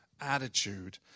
attitude